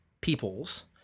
peoples